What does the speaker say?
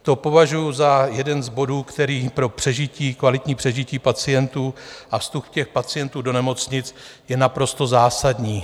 To považuji za jeden z bodů, který pro kvalitní přežití pacientů a vstup těch pacientů do nemocnic je naprosto zásadní.